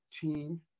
team